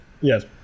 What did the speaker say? Yes